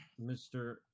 Mr